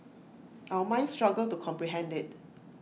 our minds struggle to comprehend IT